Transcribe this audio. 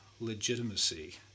legitimacy